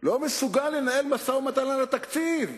לא מסוגל לנהל משא-ומתן על התקציב,